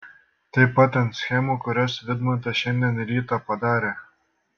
taip pat ant schemų kurias vidmantas šiandien rytą padarė